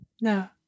No